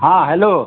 हाँ हेलो